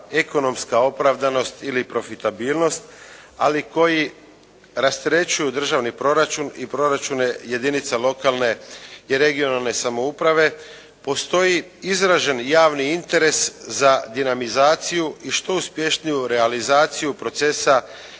ekonomska opravdanost ili profitabilnost ali koji rasterećuju državni proračun i proračune jedinica lokalne i regionalne samouprave, postoji izražen javni interes za dinamizaciju i što uspješniju realizaciju procesa